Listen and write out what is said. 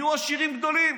נהיו עשירים גדולים.